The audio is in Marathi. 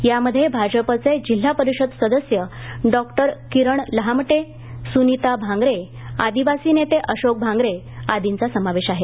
यामध्ये भाजपचे जिल्हा परिषद सदस्य डॉक्टर किरण लहामटे सुनीता भागरे आदिवासी नेते अशोक भागरे आदींचा समावेश आहे